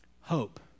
hope